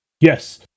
Yes